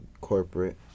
corporate